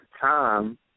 time